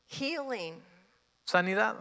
healing